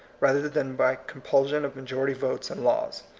rather than by compulsion of majority votes and laws.